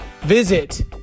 Visit